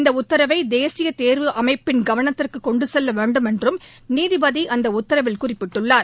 இந்த உத்தரவை தேசிய தேர்வு அமைப்பின் கவனத்திற்கு கொண்டு செல்ல வேண்டுமென்றும் நீதிபதி அந்த உத்தரவில் குறிப்பிட்டுள்ளார்